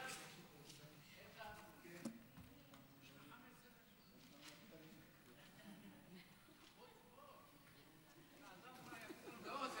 לא, זה